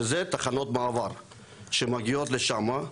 שזה תחנות מעבר שמגיעות לשם.